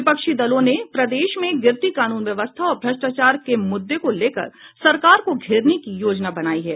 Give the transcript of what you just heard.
विपक्षी दलों ने प्रदेश में गिरती कानून व्यवस्था और भ्रष्टाचार के मुद्दे को लेकर सरकार को घेरने की योजना बनाई है